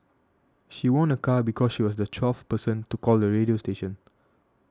she won a car because she was the twelfth person to call the radio station